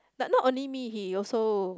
like not only me he also